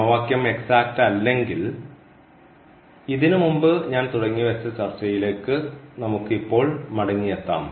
സമവാക്യം എക്സാക്റ്റ് അല്ലെങ്കിൽ ഇതിനുമുമ്പ് ഞാൻ തുടങ്ങിവെച്ച ചർച്ചയിലേക്ക് നമുക്ക് ഇപ്പോൾ മടങ്ങി എത്താം